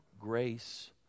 grace